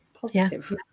positive